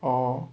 orh